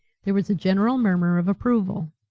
there was a general murmur of approval.